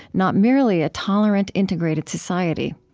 not merely a tolerant integrated society.